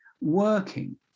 working